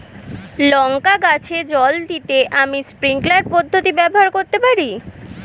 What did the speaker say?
লঙ্কা গাছে জল দিতে আমি স্প্রিংকলার পদ্ধতি ব্যবহার করতে পারি?